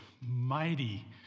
mighty